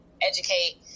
educate